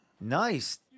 Nice